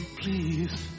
please